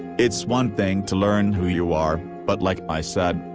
it's one thing to learn who you are, but like i said,